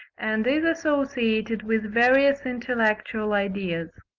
and is associated with various intellectual ideas.